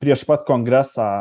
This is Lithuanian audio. prieš pat kongresą